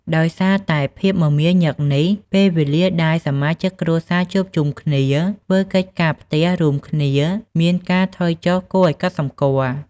ដោយសារតែភាពមមាញឹកនេះ ពេលវេលាដែលសមាជិកគ្រួសារជួបជុំគ្នាធ្វើកិច្ចការផ្ទះរួមគ្នាមានការថយចុះគួរឲ្យកត់សម្គាល់។